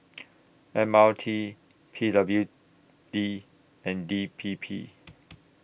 M R T P W D and D P P